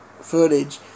footage